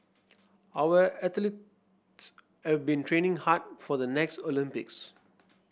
our athletes have been training hard for the next Olympics